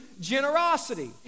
generosity